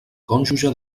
cònjuge